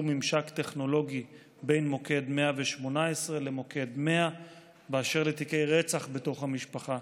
ממשק טכנולוגי בין מוקד 118 למוקד 100. באשר לתיקי רצח בתוך המשפחה,